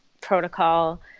protocol